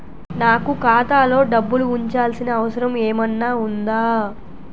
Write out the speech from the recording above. నాకు ఖాతాలో డబ్బులు ఉంచాల్సిన అవసరం ఏమన్నా ఉందా?